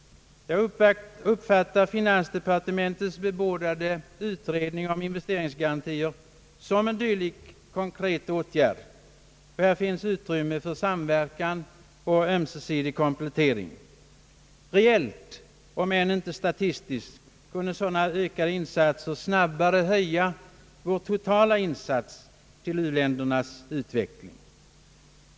Jag uppfattar finansdepartementets bebådade utredning om investeringsgarantier som en dylik konkret åtgärd. Här finns utrymme för samverkan och ömsesidig komplettering. Reellt om än inte statistiskt kunde sådana ökade insatser snabbare höja vår totala insats för u-ländernas utveckling.